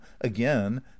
again